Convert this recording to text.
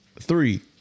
Three